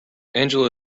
angela